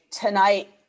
tonight